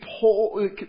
pull